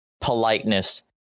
politeness